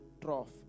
trough